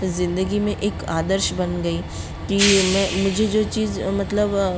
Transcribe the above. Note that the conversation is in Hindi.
जिन्दगी में एक आदर्श बन गई कि मैं मुझे जो चीज मतलब